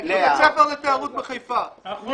בית ספר לתיירות בחיפה.